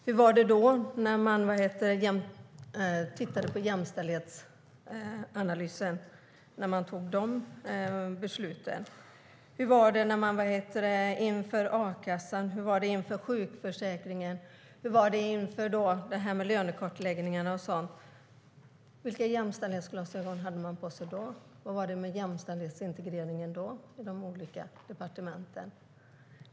Hur var det med jämställdhetsanalyserna när man fattade beslut om dessa sänkningar? Hur var det med jämställdhetsintegrering inför ändring av a-kassan, sjukförsäkringen och lönekartläggningarna? Vilka jämställdhetsglasögon hade man på sig då? Hur var det med jämställdhetsintegreringen då i de olika departementen?